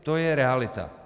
To je realita.